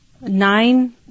nine